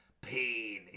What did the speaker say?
pain